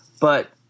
but-